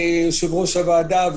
יושב-ראש הוועדה,